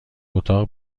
اتاق